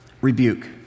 rebuke